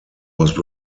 was